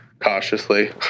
cautiously